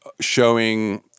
showing